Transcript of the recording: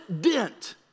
dent